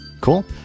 Cool